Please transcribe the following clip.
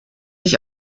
ich